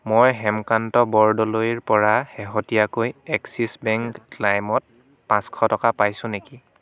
মই হেমকান্ত বৰদলৈৰপৰা শেহতীয়াকৈ এক্সিছ বেংক লাইমত পাঁচশ টকা পাইছোঁ নেকি